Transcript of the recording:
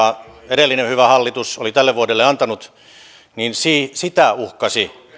edellinen hyvä hallitus oli tälle vuodelle antanut uhkasi